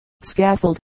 scaffold